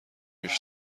بیش